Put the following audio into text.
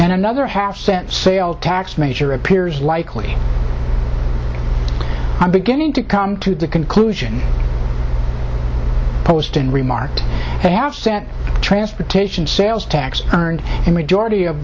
and another half cent sales tax measure appears likely i'm beginning to come to the conclusion postin remarked half cent transportation sales tax and a majority of